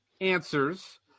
answers